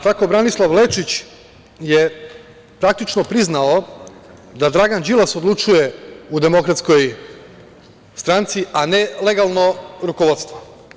Tako Branislav Lečić je praktično priznao da Dragan Đilas odlučuje u DS, a ne legano rukovodstvo.